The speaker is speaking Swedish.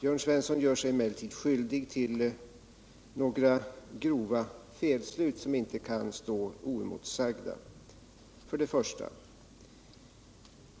Jörn Svensson gör sig emellertid skyldig till några grova felslut som inte kan stå oemotsagda.